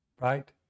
Right